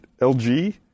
LG